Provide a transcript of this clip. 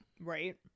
Right